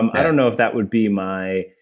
um i don't know if that would be my.